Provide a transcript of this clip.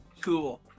Cool